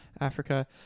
Africa